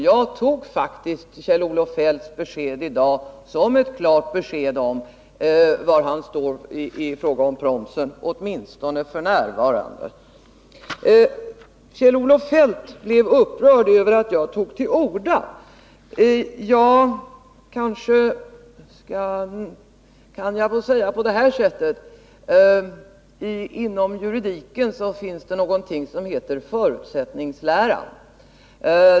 Jag tog faktiskt Kjell-Olof Feldts besked i dag som ett klart besked om var han står i fråga om promsen — åtminstone f. n. Kjell-Olof Feldt blev upprörd över att jag tog till orda. Ja, kanske kan jag då säga på det här sättet: Inom juridiken finns det någonting som heter förutsättningslära.